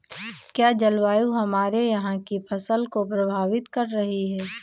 क्या जलवायु हमारे यहाँ की फसल को प्रभावित कर रही है?